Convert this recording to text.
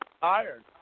tired